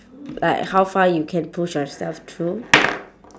like how far you can push yourself through